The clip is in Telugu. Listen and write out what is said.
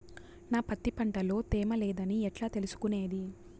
నా పత్తి పంట లో తేమ లేదని ఎట్లా తెలుసుకునేది?